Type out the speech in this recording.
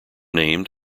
named